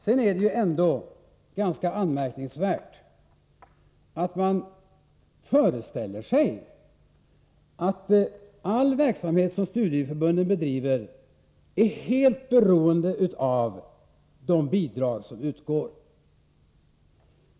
Sedan är det ändå ganska anmärkningsvärt att man föreställer sig att all verksamhet som studieförbunden bedriver är helt beroende av de bidrag som utgår.